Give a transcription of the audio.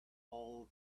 all